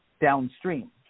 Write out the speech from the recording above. downstream